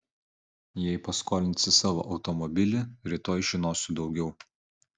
jei paskolinsi savo automobilį rytoj žinosiu daugiau